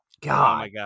God